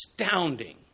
astounding